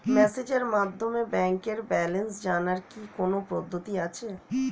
মেসেজের মাধ্যমে ব্যাংকের ব্যালেন্স জানার কি কোন পদ্ধতি আছে?